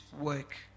work